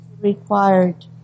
required